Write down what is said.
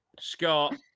Scott